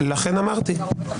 לכן אמרתי.